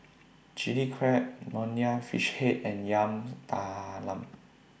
Chili Crab Nonya Fish Head and Yam Talam